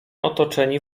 otoczeni